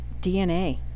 DNA